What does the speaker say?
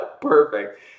Perfect